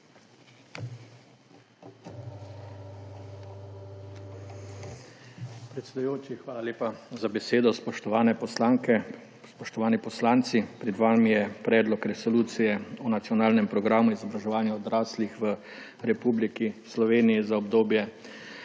Predsedujoči, hvala lepa za besedo. Spoštovan poslanke, spoštovani poslanci! Pred vami je Predlog resolucije o nacionalnem programu izobraževanja odraslih v Republiki Sloveniji za obdobje